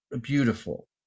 beautiful